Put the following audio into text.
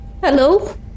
Hello